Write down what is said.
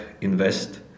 Invest